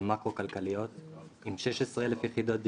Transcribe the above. מקרו כלכליות עם 16,000 יחידות דיור,